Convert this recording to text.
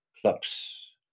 clubs